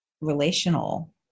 relational